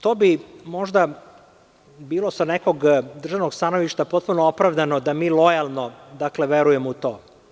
To bi možda bilo sa nekog državnog stanovišta potpuno opravdano da mi lojalno verujemo u to.